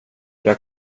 jag